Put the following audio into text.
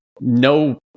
no